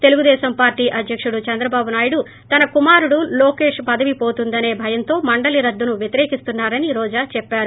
తెలుగుదేశంపార్లీ అధ్యకుడు చంద్రబాబు నాయుడు తన కుమారుడు లోకేశ్ పదవి పోతుందనే భయంతో మండలి రద్దును వ్యతిరేకిస్తున్నారని రోజా చెప్పారు